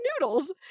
noodles